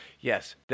Yes